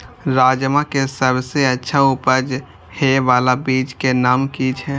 राजमा के सबसे अच्छा उपज हे वाला बीज के नाम की छे?